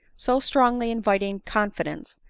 so strongly inviting confidence,